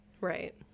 Right